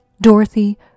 Dorothy